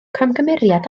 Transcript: camgymeriad